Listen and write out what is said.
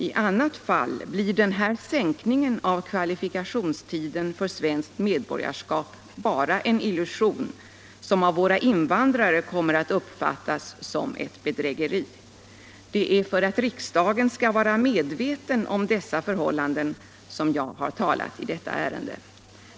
I annat fall blir denna sänkning av kvalifikationstiden för svenskt medborgarskap bara en illusion som av våra invandrare kommer att uppfattas som ett bedrägeri. Det är för att riksdagen skall vara medveten om dessa förhållanden som jag har talat i detta ärende.